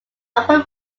upper